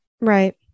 Right